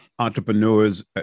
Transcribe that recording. entrepreneurs